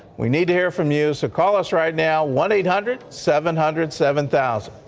we need to hear from you. so call us right now. one eight hundred seven hundred seven thousand.